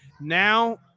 Now